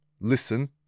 listen